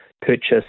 purchase